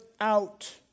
out